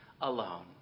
alone